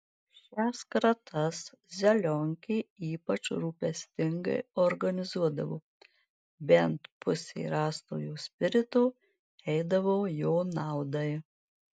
šias kratas zelionkė ypač rūpestingai organizuodavo bent pusė rastojo spirito eidavo jo naudai